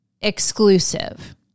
exclusive